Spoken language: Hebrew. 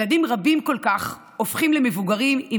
ילדים רבים כל כך הופכים למבוגרים עם